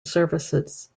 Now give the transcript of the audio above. services